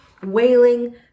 wailing